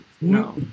no